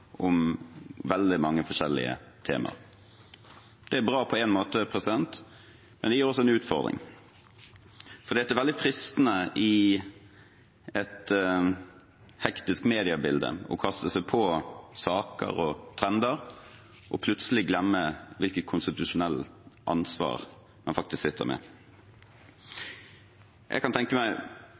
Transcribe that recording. om veldig mange forskjellige temaer. Det er bra på en måte, men det gir også en utfordring, for i et hektisk mediebilde er det også veldig fristende å kaste seg på saker og trender – og plutselig glemme hvilket konstitusjonelt ansvar man faktisk sitter med. Jeg kan tenke meg